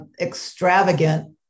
Extravagant